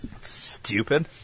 Stupid